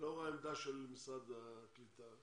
לאור העמדה של משרד הקליטה,